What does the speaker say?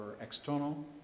external